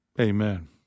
amen